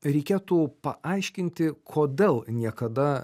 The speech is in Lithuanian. reikėtų paaiškinti kodėl niekada